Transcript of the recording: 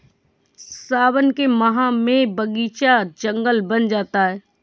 सावन के माह में बगीचा जंगल बन जाता है